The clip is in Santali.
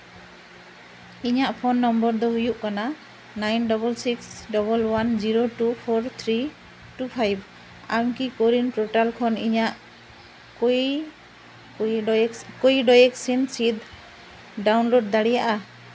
ᱤᱧᱟᱹᱜ ᱯᱷᱳᱱ ᱱᱚᱢᱵᱚᱨ ᱫᱚ ᱦᱩᱭᱩᱜ ᱠᱟᱱᱟ nine double six double one zero two four three two five ᱟᱢ ᱠᱤ ᱠᱳᱨᱤᱱ ᱯᱨᱚᱴᱟᱞ ᱠᱷᱚᱱ ᱤᱧᱟᱹᱜ ᱠᱳᱭᱤᱰᱚᱭᱮᱠᱥᱤᱱ ᱥᱤᱫᱽ ᱰᱟᱣᱩᱱᱞᱳᱰ ᱫᱟᱹᱲᱮᱭᱟᱜᱼᱟ